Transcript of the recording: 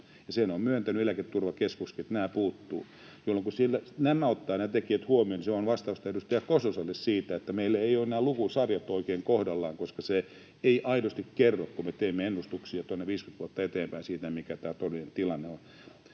sen on myöntänyt Eläketurvakeskuskin, että nämä puuttuvat. Kun ottaa nämä tekijät huomioon, niin se on vastausta edustaja Kososelle siihen, että meillä eivät ole nämä lukusarjat oikein kohdallaan, koska se ei aidosti kerro, kun me teemme ennustuksia 50 vuotta eteenpäin, siitä, mikä tämä todellinen tilanne on.